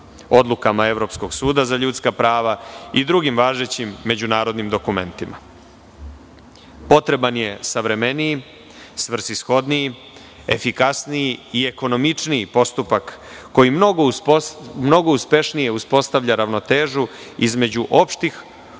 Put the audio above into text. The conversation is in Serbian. odlukama Evropskog suda za ljudska prava i drugim važećim međunarodnim dokumentima. Potreban je savremeniji, svrsishodniji, efikasniji i ekonomičniji postupak koji mnogo uspešnije uspostavlja ravnotežu između opštih,